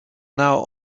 now